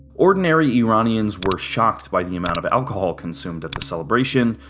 ordinary iranians were shocked by the amount of alcohol consumed at the celebration,